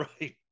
Right